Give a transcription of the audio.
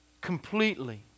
Completely